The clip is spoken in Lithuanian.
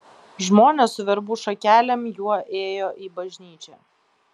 žmonės su verbų šakelėm juo ėjo į bažnyčią